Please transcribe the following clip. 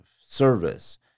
service